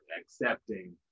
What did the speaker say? accepting